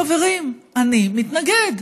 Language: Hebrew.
חברים, אני מתנגד.